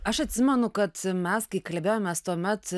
aš atsimenu kad mes kai kalbėjomės tuomet